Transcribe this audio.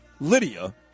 Lydia